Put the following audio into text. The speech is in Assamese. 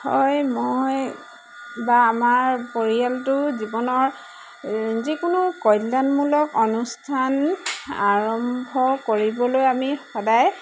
হয় মই বা আমাৰ পৰিয়ালটো জীৱনৰ যিকোনো কল্যাণমূলক অনুষ্ঠান আৰম্ভ কৰিবলৈ আমি সদায়